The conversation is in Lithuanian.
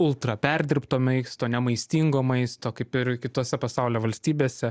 ultra perdirbto maisto ne maistingo maisto kaip ir kitose pasaulio valstybėse